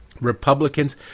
Republicans